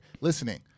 listening